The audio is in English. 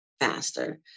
faster